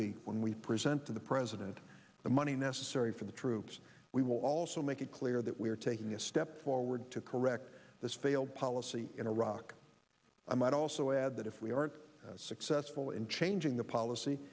week when we present to the president the money necessary for the troops we will also make it clear that we are taking a step forward to correct this failed policy in iraq i might also add that if we are successful in changing the policy